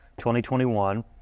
2021